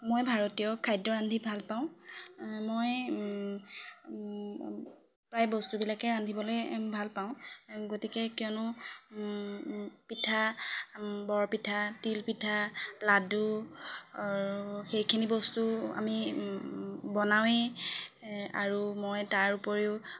মই ভাৰতীয় খাদ্য ৰান্ধি ভাল পাওঁ মই প্ৰায় বস্তুবিলাকে ৰান্ধিবলৈ ভাল পাওঁ গতিকে কিয়নো পিঠা বৰপিঠা তিলপিঠা লাডু আৰু সেইখিনি বস্তু আমি বনাওঁৱে আৰু মই তাৰ উপৰিও